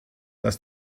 dass